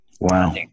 Wow